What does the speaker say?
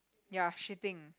ya shitting